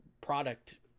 product